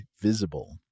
Visible